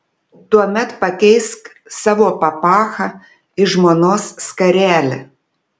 tuomet pakeisk savo papachą į žmonos skarelę